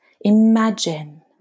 imagine